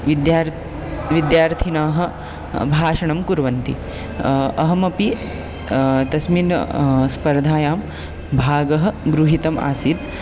विद्यार्थी विद्यार्थिनः भाषणं कुर्वन्ति अहमपि तस्मिन् स्पर्धायां भागः गृहीतम् आसीत्